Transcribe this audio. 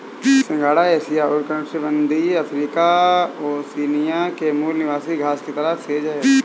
सिंघाड़ा एशिया, उष्णकटिबंधीय Africa, Oceania के मूल निवासी घास की तरह सेज है